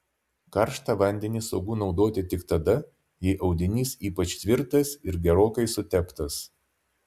karštą vandenį saugu naudoti tik tada jei audinys ypač tvirtas ir gerokai suteptas